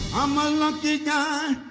i'm a lucky guy